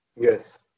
Yes